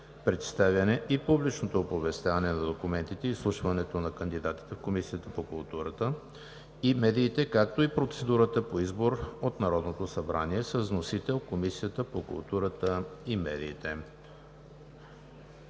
представянето и публичното оповестяване на документите и изслушването на кандидатите в Комисията по културата и медиите, както и процедурата за избор от Народното събрание. Изготвянето и приемането